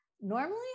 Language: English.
normally